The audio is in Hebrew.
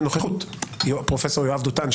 בנוכחות פרופסור יואב דותן,